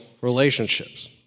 relationships